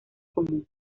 común